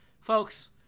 Folks